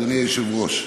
אדוני היושב-ראש,